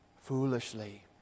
foolishly